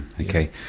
okay